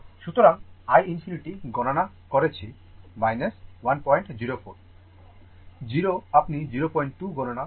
সুতরাং i ∞ গণনা করেছি 104 I 0 আপনি 02 গণনা করেছেন